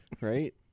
right